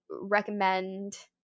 recommend